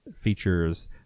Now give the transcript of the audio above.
features